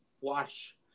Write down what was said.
watch